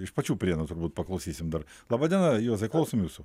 iš pačių prienų turbūt paklausysim dar laba diena juozai klausom jūsų